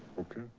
okay.